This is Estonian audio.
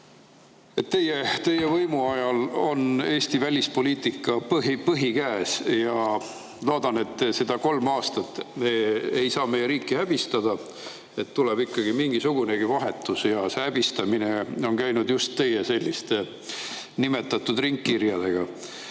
teie võimu ajal on Eesti välispoliitika põhi käes. Loodan, et te ei saa kolm aastat meie riiki häbistada ja et tuleb ikkagi mingisugunegi vahetus. See häbistamine on käinud just teie selliste nimetatud ringkirjadega.